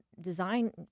design